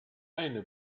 eine